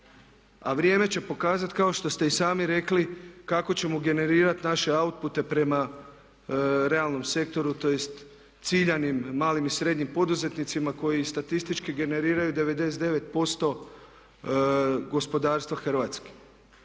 A vrijeme će pokazati kao što ste i sami rekli kako ćemo generirati naše outpute prema realnom sektoru tj. ciljanim malim i srednjim poduzetnicima koji i statistički generiraju 99% gospodarstva Hrvatske.